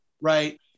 right